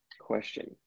question